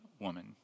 woman